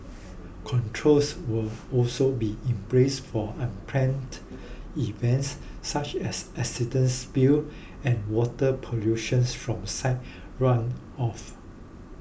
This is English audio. controls will also be in place for unplanned events such as accidents spills and water pollution from site runoff